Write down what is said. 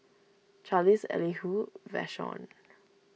Charlize Elihu Vashon